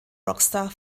rockstar